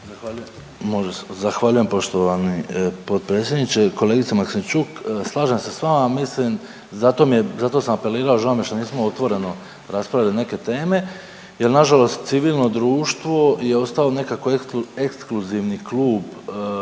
Zahvaljujem poštovani potpredsjedniče. Kolegice Maksimčuk, slažem se s vama. Mislim, zato mi je, zato sam apelirao, žao mi je što nismo otvoreno raspravili neke teme jer nažalost civilno društvo je ostao nekako ekskluzivni klub